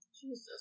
Jesus